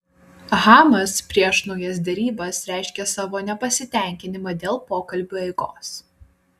hamas prieš naujas derybas reiškė savo nepasitenkinimą dėl pokalbių eigos